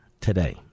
today